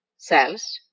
cells